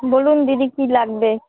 বলুন দিদি কী লাগবে